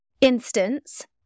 instance